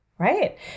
Right